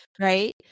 Right